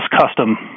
custom